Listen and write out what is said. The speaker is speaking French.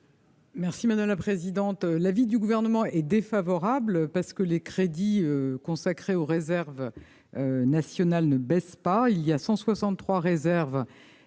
Merci madame la présidente, l'avis du Gouvernement est défavorable parce que les crédits consacrés aux réserves nationales ne baisse pas, il y a 163 réserves